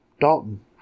Dalton